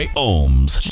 Ohms